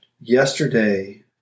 yesterday